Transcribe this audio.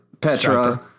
Petra